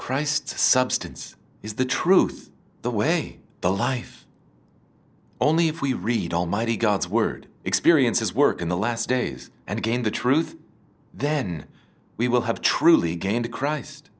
christ substance is the truth the way the life only if we read almighty god's word experiences work in the last days and again the truth then we will have truly gained christ